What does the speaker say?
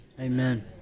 Amen